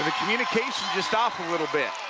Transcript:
communication just off a little bit.